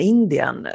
Indien